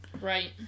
Right